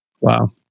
wow